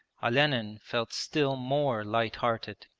olenin felt still more light-hearted.